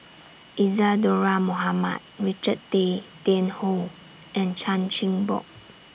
Isadhora Mohamed Richard Tay Tian Hoe and Chan Chin Bock